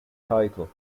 title